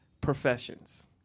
professions